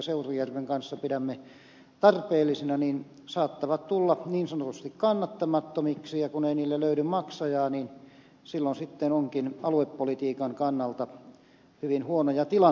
seurujärven kanssa pidämme tarpeellisina saattavat tulla niin sanotusti kannattamattomiksi ja kun ei niille löydy maksajaa niin silloin sitten onkin aluepolitiikan kannalta hyvin huonoja tilanteita